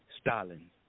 Stalin